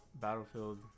Battlefield